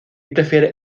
prefiere